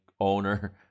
owner